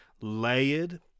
layered